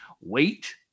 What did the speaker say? wait